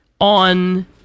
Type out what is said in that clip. on